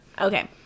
okay